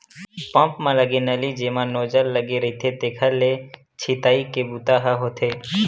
pump म लगे नली जेमा नोजल लगे रहिथे तेखरे ले छितई के बूता ह होथे